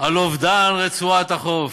על אובדן רצועת החוף,